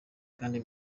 kandi